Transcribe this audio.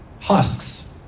Husks